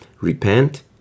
repent